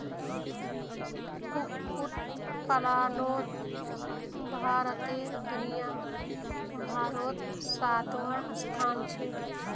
कुक्कुट पलानोत भारतेर दुनियाभारोत सातवाँ स्थान छे